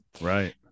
Right